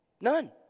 none